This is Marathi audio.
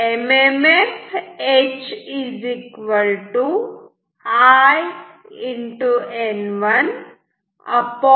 M M F H I N1 L